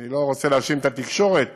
אני לא רוצה להאשים את התקשורת,